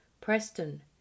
Preston